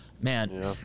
Man